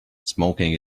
smoking